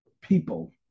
people